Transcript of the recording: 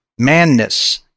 manness